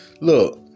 Look